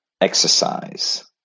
exercise